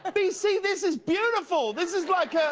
but b c, this is beautiful! this is like